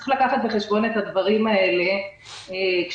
צריך לקחת בחשבון את הדברים האלה כשרוצים